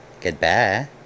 Goodbye